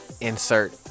insert